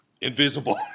invisible